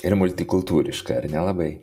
ir multikultūriška ar ne labai